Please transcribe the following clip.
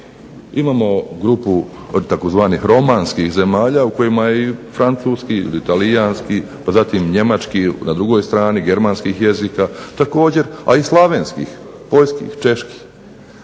Imamo grupu tzv. romanskih zemalja u kojima je i francuski ili talijanski, pa zatim njemački na drugoj strani germanskih jezika također, a i slavenskih, poljskih, čeških.